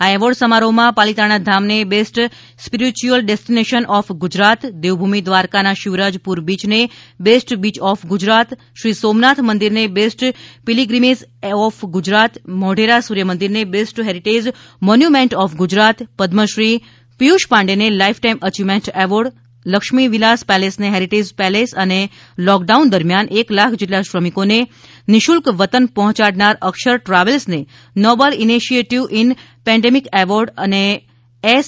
આ એવોર્ડ સમારોહમાં પાલીતાણા ધામને best spiritual destination of Gujarat Devbhumi દ્વારકાના શિવરાજપુર બીચને best beach of Gujarat Shri Somnath મંદીરને best pilgrimage of Gujarat Modhera સૂર્યમંદિરને best heritage monument of Gujarat Padmashri Piyush પાંડેને લાઈફટાઈમ અચીવમેન્ટ એવોર્ડ લક્ષ્મીવિલાસ પેલેસને હેરિટેજ પેલેસ અને લોકડાઉન દરમિયાન એક લાખ જેટલા શ્રમિકોને નિઃશુલ્ક વતન પહોંચાડનાર અક્ષર ટ્રાવેલ્સને noble initiative in pandemic award અને એસ